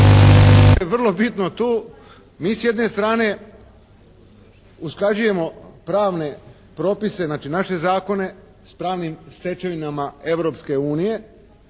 je vrlo bitno tu, mi s jedne strane usklađujemo pravne propise, znači naše zakone s pravnim stečevinama Europske unije